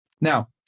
Now